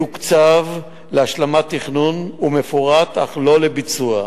מתוקצב להשלמת תכנון מפורט אך לא לביצוע.